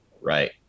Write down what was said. Right